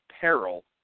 peril